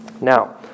Now